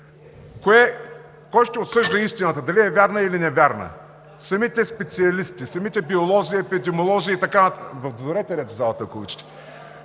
Кой ще отсъжда истината – дали е вярна, или е невярна? Самите специалисти, самите биолози, епидемиолози и така нататък. Въдворете ред в залата, ако